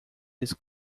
this